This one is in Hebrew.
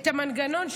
את המנגנון,